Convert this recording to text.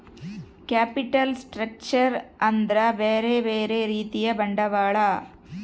capital structure ಅಂದ್ರ ಬ್ಯೆರೆ ಬ್ಯೆರೆ ರೀತಿಯ ಬಂಡವಾಳ